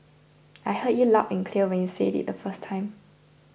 I heard you loud and clear when you said it the first time